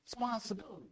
responsibility